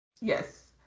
Yes